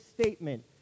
statement